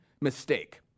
mistake